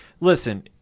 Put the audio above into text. Listen